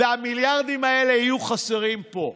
והמיליארדים האלה יהיו חסרים פה.